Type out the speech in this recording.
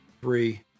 three